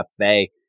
cafe